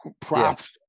props